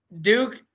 duke